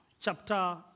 chapter